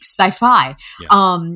sci-fi